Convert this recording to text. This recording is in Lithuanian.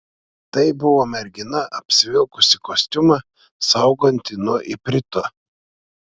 tai buvo mergina apsivilkusi kostiumą saugantį nuo iprito